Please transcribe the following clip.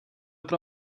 pro